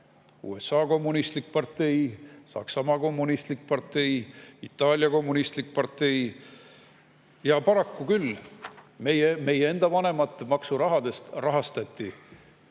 USA kommunistlik partei, Saksamaa kommunistlik partei, Itaalia kommunistlik partei. Paraku rahastati meie enda vanemate maksurahast teiste